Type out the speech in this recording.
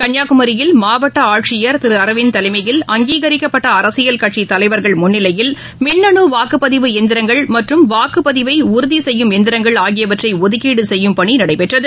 கன்னியாகுமரியில் மாவட்டஆட்சியர் திருஅரவிந்த் தலைமையில் அங்கீகரிக்கப்பட்டஅரசியல் கட்சித் தலைவர்கள் முன்னிலையில் மின்னணுவாக்குப்பதிவு இயந்திரங்கள் மற்றம் வாக்குப்பதிவைஉறுதிசெய்யும் இயந்திரங்கள் ஆகியவற்றைஒதுக்கீடுசெய்யும் பணிநடைபெற்றது